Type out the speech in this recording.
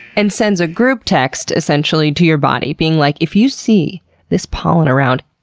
and sends a group text essentially to your body being like, if you see this pollen around,